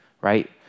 right